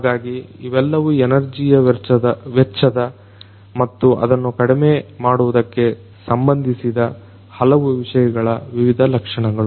ಹಾಗಾಗಿ ಇವೆಲ್ಲವೂ ಎನರ್ಜಿಯ ವೆಚ್ಚದ ಮತ್ತು ಅದನ್ನ ಕಡಿಮೆ ಮಾಡುವುದಕ್ಕೆ ಸಂಬಂಧಿಸಿದ ಹಲವು ವಿಷಯಗಳ ವಿವಿಧ ಲಕ್ಷಣಗಳು